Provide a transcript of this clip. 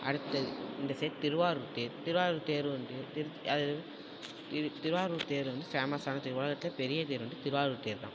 அடுத்தது இந்த சைடு திருவாரூர் தேர் திருவாரூர் தேர் வந்துட்டு திருத் அது இது இரு திருவாரூர் தேர் வந்து ஃபேமஸான திருவாரூர்லையே பெரிய தேர் வந்து திருவாரூர் தேர் தான்